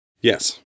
Yes